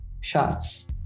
shots